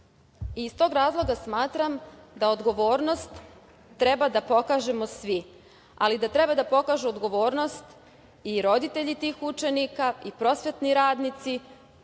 tog razloga smatram da odgovornost treba da pokažemo svi, ali da treba da pokažu odgovornost i roditelji tih učenika i prosvetni radnici.